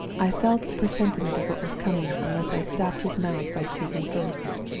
i felt a presentiment of what was coming, unless i stopped his mouth by speaking first.